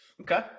Okay